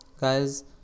Guys